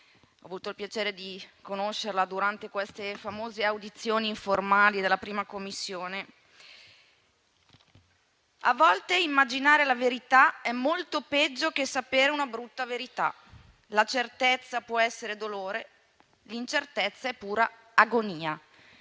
ho avuto il piacere di conoscere durante le audizioni informali della 1a Commissione. A volte immaginare la verità è molto peggio che sapere una brutta verità: la certezza può essere dolore, l'incertezza è pura agonia.